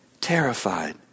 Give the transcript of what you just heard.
terrified